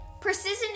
Precision